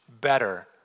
better